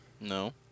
No